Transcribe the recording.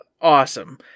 awesome